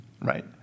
right